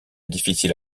difficile